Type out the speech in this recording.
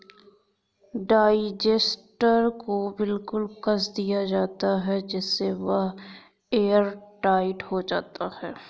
digester को बिल्कुल कस दिया जाता है जिससे वह एयरटाइट हो जाता है